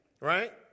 Right